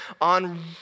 on